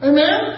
Amen